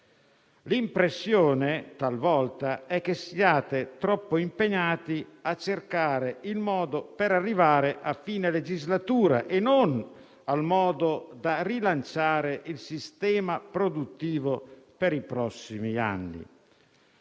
L'impressione, talvolta, è che siate troppo impegnati a cercare il modo per arrivare a fine legislatura e non per rilanciare il sistema produttivo per i prossimi anni.